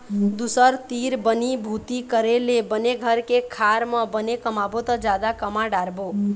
दूसर तीर बनी भूती करे ले बने घर के खार म बने कमाबो त जादा कमा डारबो